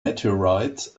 meteorites